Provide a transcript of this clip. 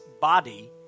body